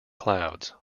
clouds